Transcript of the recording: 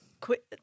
Quit